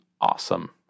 awesome